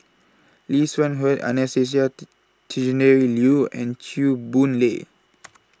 Lee Seng Huat Anastasia Tjendri Liew and Chew Boon Lay